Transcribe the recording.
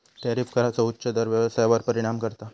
tariff कराचो उच्च दर व्यवसायावर परिणाम करता